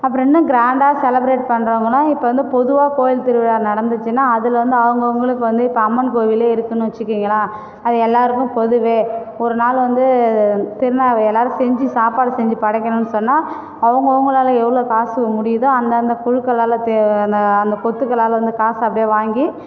அப்புறம் இன்னும் க்ராண்டாக செலிப்ரேட் பண்றவங்களும் இப்போ வந்து பொதுவாக கோயில் திருவிழா நடந்துச்சுன்னா அதில் வந்து அவங்கவங்களுக்கு வந்து இப்போ அம்மன் கோவிலே இருக்குன்னு வச்சுக்கங்களேன் அது எல்லாருக்கும் பொதுவே ஒரு நாள் வந்து திருநா எல்லாரும் செஞ்சு சாப்பாடு செஞ்சு படைக்கணுனு சொன்னால் அவங்க அவங்களால் எவ்வளவு காசு முடியுதோ அந்தந்த குழுக்களால் அந்த கொத்துக்களால் வந்து காசை அப்படியே வாங்கி